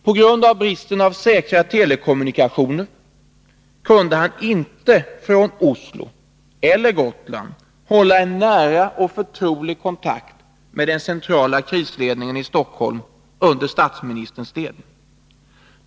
På grund av bristen på säkra telekommunikationer kunde försvarsministern inte från Oslo eller Gotland hålla en nära och förtrolig kontakt med den centrala krisledningen i Stockholm under statsministerns ledning.